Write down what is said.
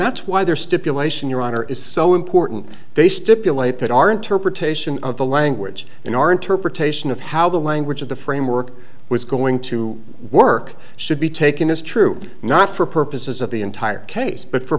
that's why there stipulation your honor is so important they stipulate that our interpretation of the language in our interpretation of how the language of the framework was going to work should be taken as true not for purposes of the entire case but for